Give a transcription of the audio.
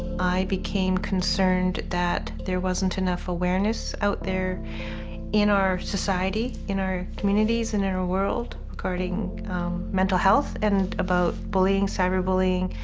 i became concerned that there wasn't enough awareness out there in our society, in our communities, and in our ah world regarding mental health and about bullying, cyberbullying,